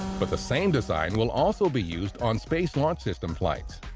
but the same design will also be used on space launch system flights.